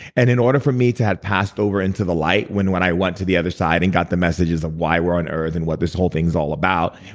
and in order for me to have passed over into the light, when when i went to the other side and got the messages of why we're on earth and what this whole thing's all about,